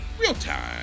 Real-time